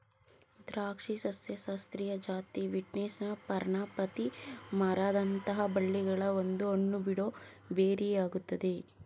ದ್ರಾಕ್ಷಿ ಸಸ್ಯಶಾಸ್ತ್ರೀಯ ಜಾತಿ ವೀಟಿಸ್ನ ಪರ್ಣಪಾತಿ ಮರದಂಥ ಬಳ್ಳಿಗಳ ಒಂದು ಹಣ್ಣುಬಿಡೋ ಬೆರಿಯಾಗಯ್ತೆ